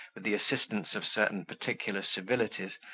with the assistance of certain particular civilities,